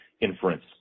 inference